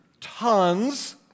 tons